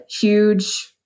huge